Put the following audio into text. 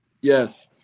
Yes